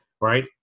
Right